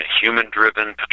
human-driven